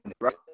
right